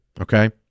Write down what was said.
Okay